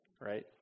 Right